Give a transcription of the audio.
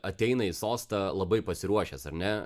ateina į sostą labai pasiruošęs ar ne